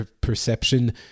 perception